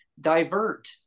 divert